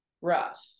rough